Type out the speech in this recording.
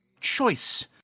choice